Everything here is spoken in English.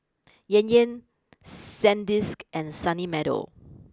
Yan Yan Sandisk and Sunny Meadow